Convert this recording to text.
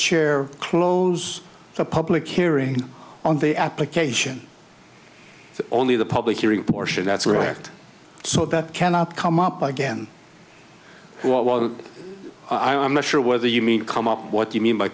chair close the public hearing on the application only the public hearing portion that's right so that cannot come up again while i am not sure whether you mean come up what do you mean by